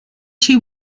she